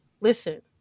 Listen